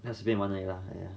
看随便玩而已 lah !aiya!